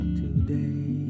today